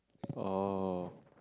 oh